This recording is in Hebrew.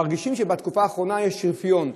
מרגישים שבתקופה האחרונה יש רפיון.